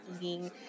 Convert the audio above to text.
eating